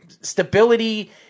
stability